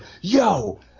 Yo